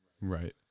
Right